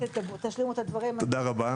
תשלימו את הדברים- תודה רבה,